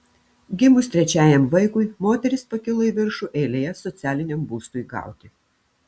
gimus trečiajam vaikui moteris pakilo į viršų eilėje socialiniam būstui gauti